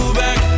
back